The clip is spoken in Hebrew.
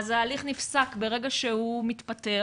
ההליך נפסק ברגע שהוא מתפטר